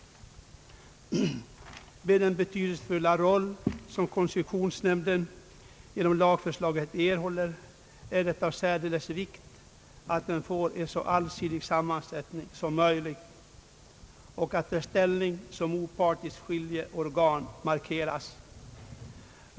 Med den betydelsefulla roll som koncessionsnämnden genom lagförslaget erhåller är det av särskild vikt att den får en så allsidig sammansättning som möjligt och att dess ställning som opartiskt skiljeorgan markeras.